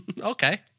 okay